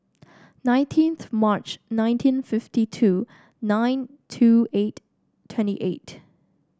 nineteenth March nineteen fifty two nine two eight twenty eight